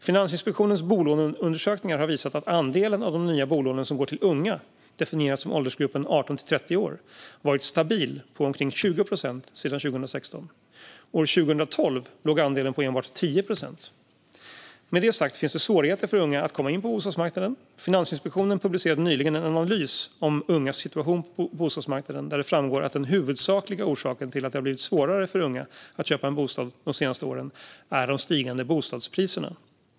Finansinspektionens bolåneundersökningar har visat att andelen av de nya bolånen som går till unga, definierat som åldersgruppen 18-30 år, varit stabil på omkring 20 procent sedan 2016. År 2012 låg andelen på enbart 10 procent. Med det sagt finns det svårigheter för unga att komma in på bostadsmarknaden. Finansinspektionen publicerade nyligen en analys om ungas situation på bostadsmarknaden där det framgår att den huvudsakliga orsaken till att det har blivit svårare för unga att köpa en bostad de senaste åren är de stigande bostadspriserna.